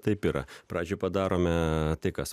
taip yra pradžioj padarome tai kas